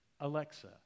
Alexa